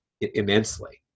immensely